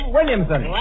Williamson